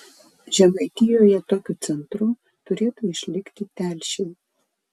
žemaitijoje tokiu centru turėtų išlikti telšiai